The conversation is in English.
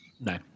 No